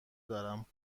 دارم